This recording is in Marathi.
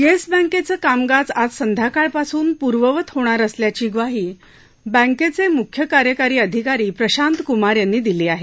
येस बँकेचे कामकाज आज संध्याकाळपासून पूर्ववत होणार असल्याची ग्वाही बँकेचे मुख्य कार्यकारी अधिकारी प्रशांत क्मार यांनी दिली आहे